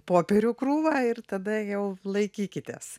popierių krūvą ir tada jau laikykitės